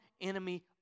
enemy